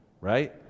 Right